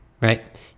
right